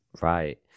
Right